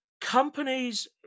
companies